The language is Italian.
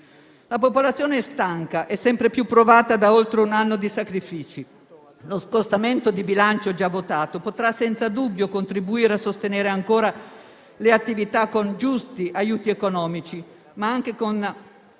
La popolazione è stanca e sempre più provata da oltre un anno di sacrifici. Lo scostamento di bilancio già votato potrà senza dubbio contribuire a sostenere ancora le attività con giusti aiuti economici, anche molto